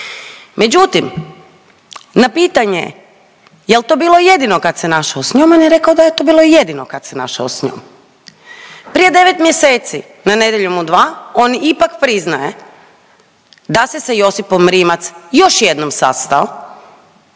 Međutim, na pitanje jel' to bilo jedino kad se našao sa njom, on je rekao da je to bilo jedino kad se našao sa njom. Prije 9 mjeseci u Nedjeljom u 2 on ipak priznaje da se sa Josipom Rimac još jednom sastao